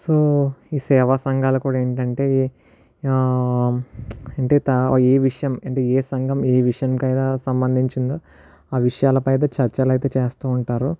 so ఈ సేవా సంఘాలు కూడా ఏంటంటే అంటే త ఈ విషయం అంటే ఏ సంఘం ఏ విషయానికైన సంబంధించిందో ఆ విషయాలపై అయితే చర్చలు ఐతే చేస్తూ ఉంటారు